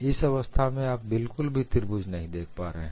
इस अवस्था में आप बिल्कुल भी त्रिभुज नहीं देख पा रहे हैं